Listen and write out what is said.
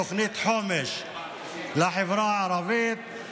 תוכנית חומש לחברה הערבית,